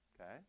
okay